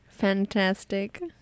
Fantastic